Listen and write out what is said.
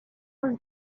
was